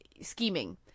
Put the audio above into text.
scheming